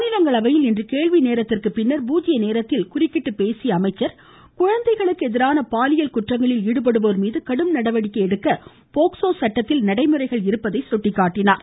மாநிலங்களவையில் இன்று கேள்வி நேரத்திற்கு பின்னர் பூஜ்ஜிய நேரத்தில் குறுக்கிட்டு பேசிய அமைச்சர் குழந்தைகளுக்கு எதிரான பாலியல் குற்றங்களில் ஈடுபடுவோர் மீது கடும் நடவடிக்கை எடுக்க போக்ஸோ சட்டத்தில் நடைமுறைகள் இருப்பதையும் அவர் சுட்டிக் காட்டினார்